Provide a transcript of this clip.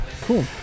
cool